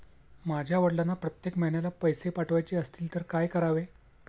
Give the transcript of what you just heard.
माझ्या वडिलांना प्रत्येक महिन्याला पैसे पाठवायचे असतील तर काय करावे?